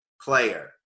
player